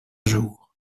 jour